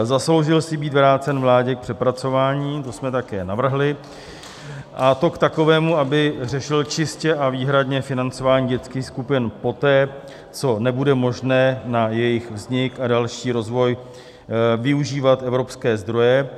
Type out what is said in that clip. Zasloužil si být vrácen vládě k přepracování, to jsme také navrhli, a to k takovému, aby řešil čistě a výhradně financování dětských skupin poté, co nebude možné na jejich vznik a další rozvoj využívat evropské zdroje.